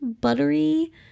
buttery